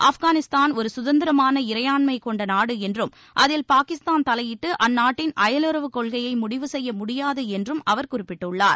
ஆப்கானிஸ்தான் ஒரு சுதந்திரமான இறையாண்மை கொண்ட நாடு என்றம் அதில் பாகிஸ்தான் தலையிட்டு அந்நாட்டின் அபலுறவுக்கொள்கையை முடிவு செய்ய முடியாது என்றும் அவர் குறிப்பிட்டுள்ளார்